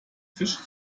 fisch